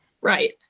right